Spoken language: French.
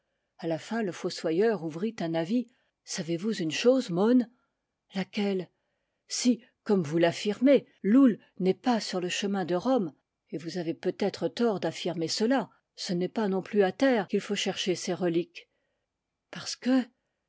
a la fin le fossoyeur ouvrit un avis savez-vous une chose môn laquelle si comme vous l'affirmez loull n'est pas sur le che min de rome et vous avez peut-être tort d'affirmer cela ce n'est pas non plus à terre qu'il faut chercher ses reli ques parce que